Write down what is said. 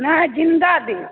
नहि ज़िन्दा देब